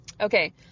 okay